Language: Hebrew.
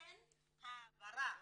לכן ההעברה